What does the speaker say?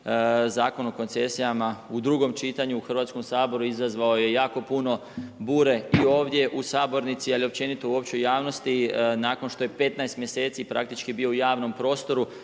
Zakon o koncesijama u drugom čitanju u Hrvatskom saboru izazvao je jako puno bure i ovdje u sabornici, ali i općenito u općoj javnosti nakon što je 15 mjeseci praktički bio u javnom prostoru,